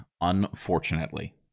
Unfortunately